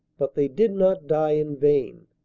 but they did not die in vain.